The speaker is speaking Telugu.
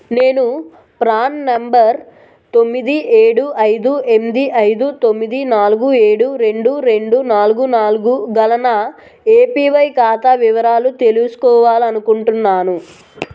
నేను ప్రాన్ నంబర్ తొమ్మిది ఏడు ఐదు ఎనిమిది ఐదు తొమ్మిది నాలుగు ఏడు రెండు రెండు నాలుగు నాలుగు గల నా ఏపివై ఖాతా వివరాలు తెలుసుకోవాలనుకుంటున్నాను